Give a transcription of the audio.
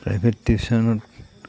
private টিউশ্যনত